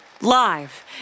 live